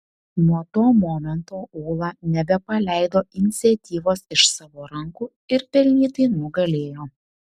nuo to momento ūla nebepaleido iniciatyvos iš savo rankų ir pelnytai nugalėjo